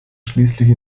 schließlich